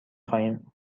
خواهیم